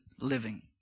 living